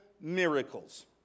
miracles